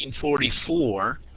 1944